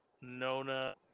Nona